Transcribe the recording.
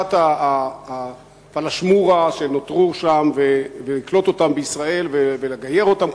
יתר בני הפלאשמורה שנותרו שם ולקלוט אותם בישראל ולגייר אותם,